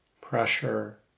pressure